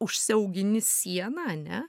užsiaugini sieną ane